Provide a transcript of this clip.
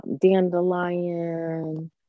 dandelion